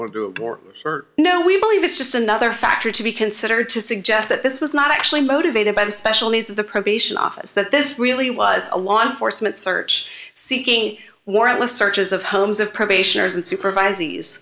the group or no we believe it's just another factor to be considered to suggest that this was not actually motivated by the special needs of the probation office that this really was a law enforcement search seeking warrantless searches of homes of probationers and supervis